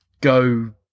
go